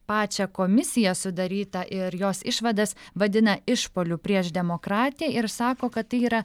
pačią komisiją sudarytą ir jos išvadas vadina išpuoliu prieš demokratiją ir sako kad tai yra